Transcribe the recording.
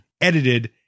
edited